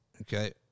okay